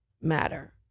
matter